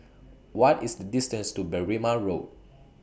What IS The distance to Berrima Road